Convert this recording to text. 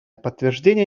подтверждение